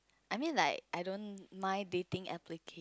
I mean like I don't mind dating applic~